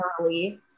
early